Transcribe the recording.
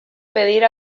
pedir